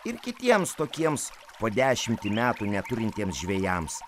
ir kitiems tokiems po dešimtį metų neturintiems žvejams